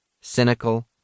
cynical